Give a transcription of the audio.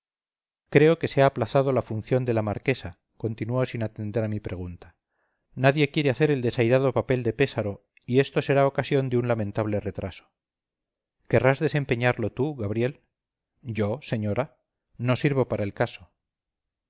creo que se ha aplazado la función de la marquesa continuó sin atender a mi pregunta nadie quiere hacer el desairado papel de pésaro y esto será ocasión de un lamentable retraso querrás desempeñarlo tú gabriel yo señora no sirvo para el caso